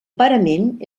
parament